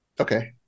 Okay